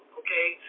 okay